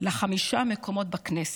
לחמישה מקומות בכנסת.